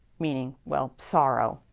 meaning. well sorrow.